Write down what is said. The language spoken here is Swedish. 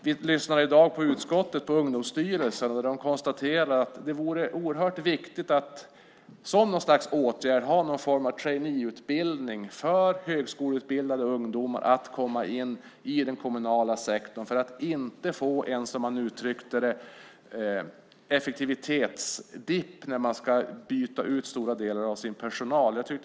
Vi lyssnade i dag i utskottet på Ungdomsstyrelsen. De konstaterade att det är oerhört viktigt att, som något slags åtgärd, ha någon form av traineeutbildning för högskoleutbildade ungdomar när det gäller att komma in i den kommunala sektorn, detta för att inte få en, som de uttryckte det, effektivitetsdip när man ska byta ut stora delar av sin personal.